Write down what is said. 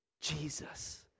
Jesus